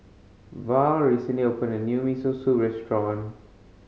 Val recently opened a new Miso Soup restaurant